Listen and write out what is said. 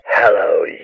Hello